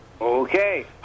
okay